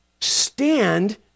stand